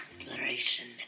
Exploration